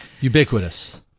Ubiquitous